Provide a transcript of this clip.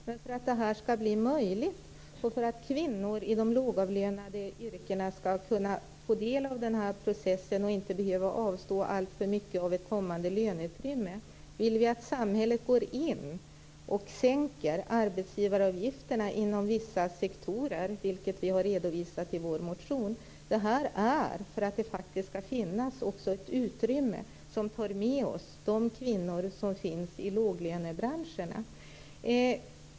Men för att detta skall bli möjligt och för att kvinnor i de lågavlönade yrkena skall kunna få del av denna process och inte behöva avstå alltför mycket av ett kommande löneutrymme, vill vi att samhället går in och sänker arbetsgivaravgifterna inom vissa sektorer, vilket vi har redovisat i vår motion, för att det skall finnas ett utrymme som gör att vi får med oss de kvinnor som finns i låglönebranscherna.